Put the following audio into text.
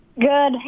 Good